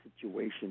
situation